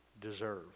deserve